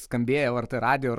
skambėję lrt radijo ir